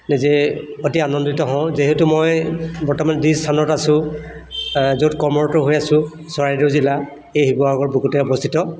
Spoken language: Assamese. নিজে অতি আনন্দিত হওঁ যিহেতু মই বৰ্তমান যি স্থানত আছোঁ য'ত কৰ্মৰত হৈ আছোঁ চৰাইদেউ জিলা এই শিৱসাগৰৰ বুকুতে অৱস্থিত